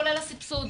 כולל הסבסוד.